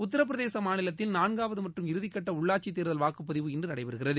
உத்தரபிரதேச மாநிலத்தில் நான்காவது மற்றும் இறுதிக்கட்ட உள்ளாட்சித் தேர்தல் வாக்குப்பதிவு இன்று நடைபெறுகிறது